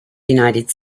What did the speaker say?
united